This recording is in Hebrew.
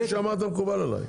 מה שאמרת מקובל עליי.